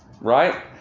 right